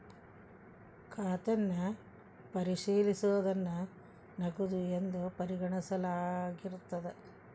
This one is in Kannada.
ಖಾತನ್ನ ಪರಿಶೇಲಿಸೋದನ್ನ ನಗದು ಎಂದು ಪರಿಗಣಿಸಲಾಗಿರ್ತದ